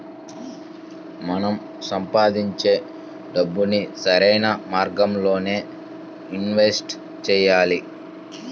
మనం సంపాదించే డబ్బుని సరైన మార్గాల్లోనే ఇన్వెస్ట్ చెయ్యాలి